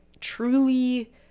truly